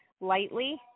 lightly